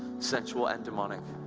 sensual and demonic.